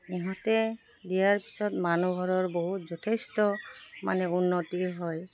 ইহঁতে দিয়াৰ পিছত মানুহ ঘৰৰ বহুত যথেষ্ট মানে উন্নতি হয়